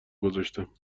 گذاشتم